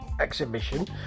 exhibition